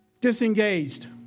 disengaged